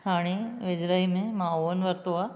हाणे वेझिड़ाई में मां ओवन वरितो आहे